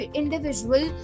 individual